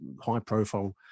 high-profile